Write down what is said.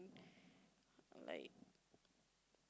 like